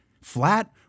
flat